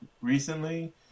recently